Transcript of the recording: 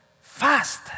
fast